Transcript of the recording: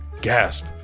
gasp